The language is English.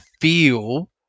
feel